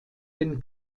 den